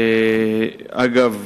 אגב,